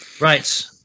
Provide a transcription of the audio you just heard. right